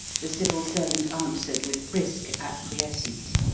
the civil servant answered, with brisk acquiescence,